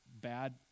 bad